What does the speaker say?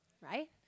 Right